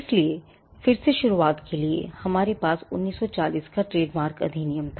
इसलिए फिर से शुरू करने के लिए हमारे पास 1940 का ट्रेडमार्क अधिनियम था